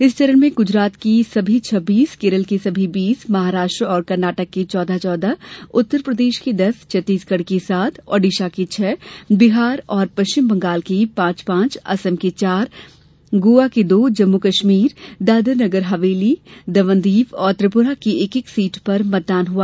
इस चरण में गुजरात की सभी छब्बीस केरल की सभी बीस महाराष्ट्र और कर्नाटक की चौदह चौदह उत्तर प्रदेश की दस छत्तीसगढ़ की सात ओडिशा की छह बिहार और पश्चिम बंगाल की पांच पांच असम की चार गोवा की दो जम्मू कश्मीर दादर नगरहवेली दमण दीव और त्रिपुरा की एक एक सीट पर मतदान हुआ